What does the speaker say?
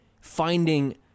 finding